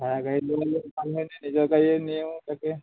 ভাৰাগাড়ী লৈ নে নিজৰ গাড়ীয়ে নিওঁ তাকে